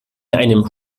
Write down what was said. einem